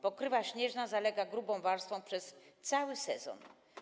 Pokrywa śnieżna zalega grubą warstwą przez cały sezon.